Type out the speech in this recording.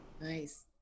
Nice